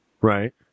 right